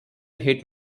hit